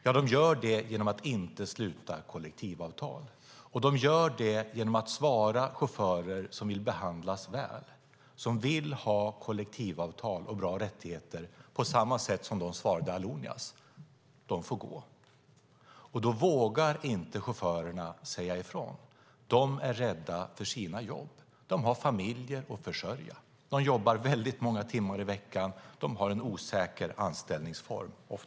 Jo, de gör det genom att inte sluta kollektivavtal och genom att svara chaufförer som vill behandlas väl, ha kollektivavtal och bra rättigheter på samma sätt som de svarade Allonias: De får gå. Då vågar inte chaufförerna säga ifrån. De är rädda om sina jobb. De har familjer att försörja. De jobbar väldigt många timmar i veckan och har ofta en osäker anställningsform.